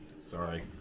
Sorry